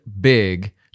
big